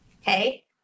Hey